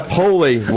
holy